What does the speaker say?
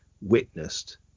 witnessed